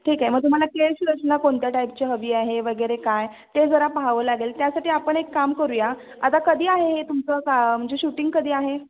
ठीक आहे मग तुम्हाला केशरचना कोणत्या टाईपची हवी आहे वगैरे काय ते जरा पहावं लागेल त्यासाठी आपण एक काम करूया आता कधी आहे हे तुमचं का म्हणजे शूटिंग कधी आहे